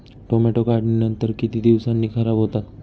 Tomato काढणीनंतर किती दिवसांनी खराब होतात?